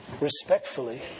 respectfully